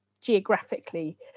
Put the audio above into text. geographically